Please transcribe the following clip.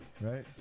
Right